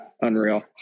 Unreal